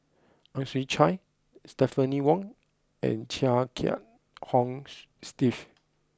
Ang Chwee Chai Stephanie Wong and Chia Kiah Hong Steve